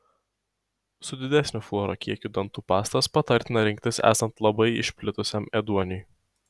su didesniu fluoro kiekiu dantų pastas patartina rinktis esant labai išplitusiam ėduoniui